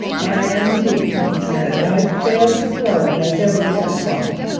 i am, indeed he said. i failed to quell it, as every catafalque,